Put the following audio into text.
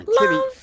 Love